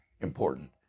important